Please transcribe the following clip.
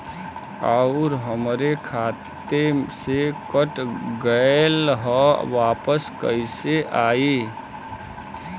आऊर हमरे खाते से कट गैल ह वापस कैसे आई?